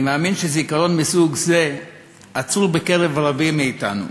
אני מאמין שזיכרון מסוג זה אצור בקרב רבים מאתנו,